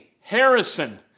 Harrison